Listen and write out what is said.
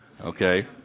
Okay